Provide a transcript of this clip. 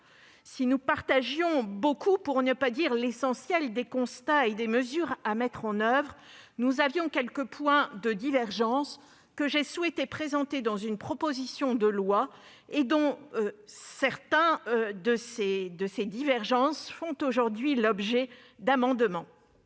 Si nous partagions beaucoup, pour ne pas dire l'essentiel, des constats et des mesures à mettre en oeuvre, nous avions quelques points de divergence, que j'ai souhaité présenter dans une proposition de loi à part, et dont certains font l'objet aujourd'hui d'amendements.